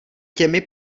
těmi